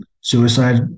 suicide